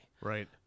Right